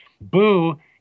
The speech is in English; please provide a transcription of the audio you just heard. Boo